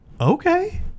Okay